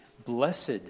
Blessed